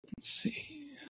See